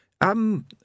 Um